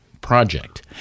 project